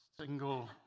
single